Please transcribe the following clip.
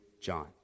John